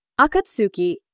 Akatsuki